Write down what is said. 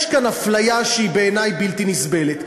יש כאן אפליה שהיא בעיני בלתי נסבלת.